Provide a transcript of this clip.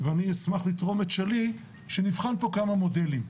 אני מוכן גם לתרום את שלי, שנבחן כאן כמה מודלים.